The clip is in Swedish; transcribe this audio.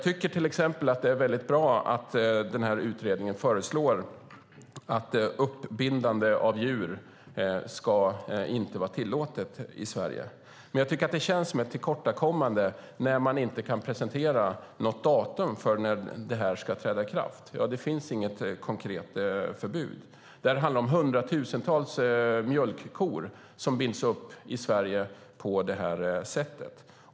Det är bra att utredningen föreslår att uppbindande av djur inte ska vara tillåtet i Sverige. Det känns dock som ett tillkortakommande att man inte presenterar något datum för när detta ska träda i kraft. Det finns inget konkret förbud. Det handlar om hundratusentals mjölkkor i Sverige som binds på detta sätt.